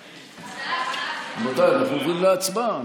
רבותיי, אנחנו עוברים להצבעה.